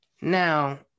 Now